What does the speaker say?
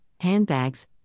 handbags